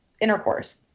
intercourse